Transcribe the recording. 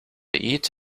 eat